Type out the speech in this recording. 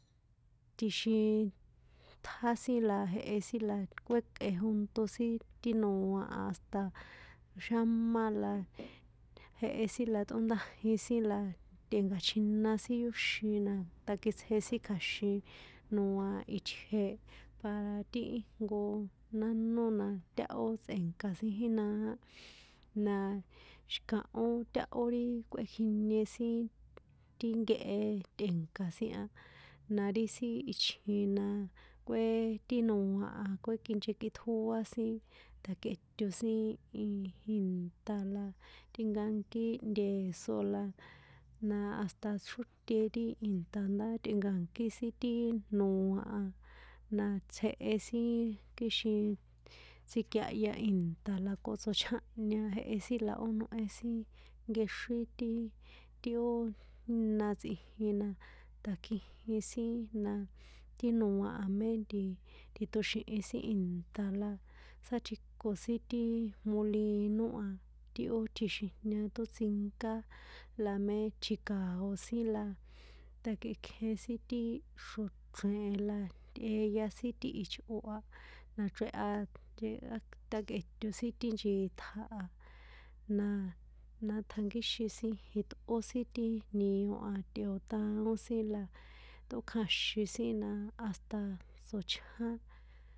Tjixin tja sin la jehe sin la kuékꞌejonto sin ti noa a, hasta xámá la jehe sin la tꞌóndajin sin la tꞌe̱nka̱chjina sinxin na takitsje sin kja̱xin noa itje, para ti íjnko nánó na táhpo tsꞌe̱nka sin jínaá, na xi̱kahó táhó ri kꞌuékjinie sin ti nkehe tꞌe̱nka̱ sin a, na ri sin ichjin na, kué ti noa a kuékinchekitjóa sin tjakꞌeton sin iiii, ìnṭa̱ la tꞌinkankí nteso la, na hasta xróte ti ìnṭa̱ ndá tꞌenka̱nkí sin ti noa a, na tsjehe sin kixin tsjikiahya ìnṭa̱ la ko tsochjánhña jehe sin la ó nohe sin nkexrín ti, ti ó iná tsꞌijin na takjijin sin na ti noa a mé nti titoxi̱hin sin ìnṭa̱ la sátjiko sin tiii molino a, ti ó tjixijña tótsinká la mé tji̱kao̱ sin la, takekjen sin ti xro̱chre̱ la tꞌeya sin ti ichꞌo a, nachrehya chea takꞌeto sin ti nchitja a, na, na tjankíxin sin jitꞌó sin ti nio a tꞌeotaón sin la tꞌókjaxin sin na hasta tsochján.